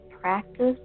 practice